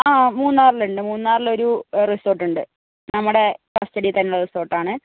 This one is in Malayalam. ആ മൂന്നാറിൽ ഉണ്ട് മൂന്നാറിൽ ഒരു റിസോർട്ടുണ്ട് നമ്മുടെ കസ്റ്റഡിയിൽ തന്നെയുള്ള റിസോർട്ടാണ്